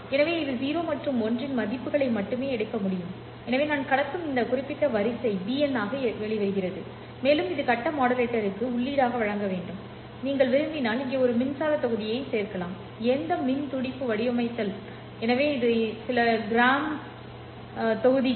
எனவே இது 0 மற்றும் 1 இன் மதிப்புகளை மட்டுமே எடுக்க முடியும் எனவே நான் கடத்தும் இந்த குறிப்பிட்ட வரிசை bn ஆக வெளிவருகிறது மேலும் இது கட்ட மாடுலேட்டருக்கு உள்ளீடாக வழங்கப்பட வேண்டும் நீங்கள் விரும்பினால் இங்கே ஒரு மின்சார தொகுதியை சேர்க்கலாம் எந்த மின் துடிப்பு வடிவமைத்தல் எனவே இதை சில கிராம் | இந்த தொகுதிக்கு